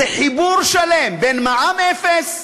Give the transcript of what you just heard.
זה חיבור שלם בין מע"מ אפס